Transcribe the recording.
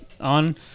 on